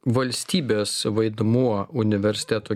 valstybės vaidmuo universiteto